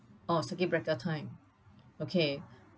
oh circuit breaker time okay